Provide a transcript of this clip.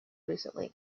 recently